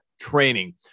training